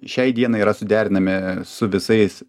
šiai dienai yra suderinami su visais